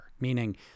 Meaning